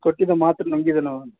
ಕೊಟ್ಟಿದ್ದ ಮಾತ್ರೆ ನುಂಗಿದೆ ನಾವು